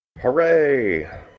Hooray